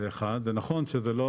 נכון שזה לא